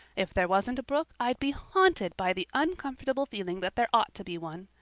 if there wasn't a brook i'd be haunted by the uncomfortable feeling that there ought to be one.